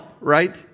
right